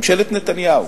ממשלת נתניהו,